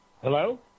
Hello